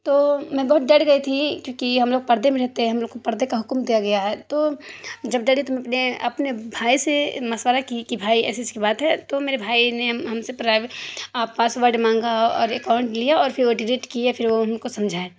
تو میں بہت ڈر گئی تھی کیوں کہ ہم لوگ پردے میں رہتے ہیں ہم لوگ کو پردے کا حکم دیا گیا ہے تو جب ڈری تو ہم اپنے اپنے بھائی سے مشورہ کی کہ بھائی ایسی ایسی بات ہے تو میرے بھائی نے ہم سے پرائو پاسورڈ مانگا اور اکاؤنٹ لیا اور پھر وہ ڈلیٹ کیے پھر وہ ہم کو سمجھائے